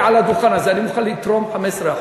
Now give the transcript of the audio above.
מעל הדוכן הזה: אני מוכן לתרום 15%,